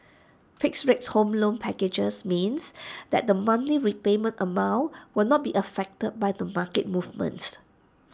fixed rates home loan packages means that the monthly repayment amount will not be affected by the market movements